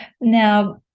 Now